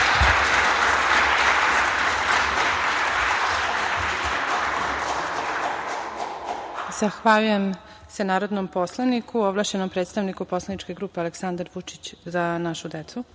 Zahvaljujem se narodnom poslaniku, ovlašćenom predstavniku poslaničke grupe, Aleksandar Vučić – Za našu